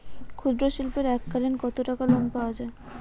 ক্ষুদ্রশিল্পের এককালিন কতটাকা লোন পাওয়া য়ায়?